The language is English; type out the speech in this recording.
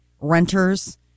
renters